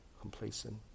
complacent